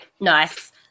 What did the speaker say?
Nice